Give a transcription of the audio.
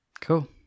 Cool